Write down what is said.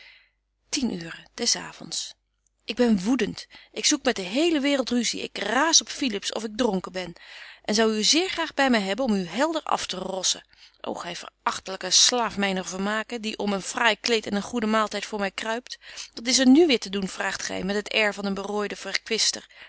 tien uuren des avonds ik ben woedent ik zoek met de hele waereld rusie ik raas op philips of ik dronken ben en zou u zeer graag by my hebben om u helder afterossen ô gy verachtelyke slaaf myner betje wolff en aagje deken historie van mejuffrouw sara burgerhart vermaken die om een fraai kleed en een goeden maaltyd voor my kruipt wat is er nu weêr te doen vraagt gy met het air van een berooiden verkwister